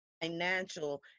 financial